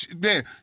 man